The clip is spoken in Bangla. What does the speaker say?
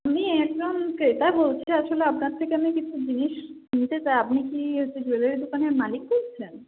আমি একজন ক্রেতা বলছি আসলে আপনার থেকে আমি কিছু জিনিস নিতে চাই আপনি কি হচ্ছে জুয়েলারি দোকানের মালিক বলছেন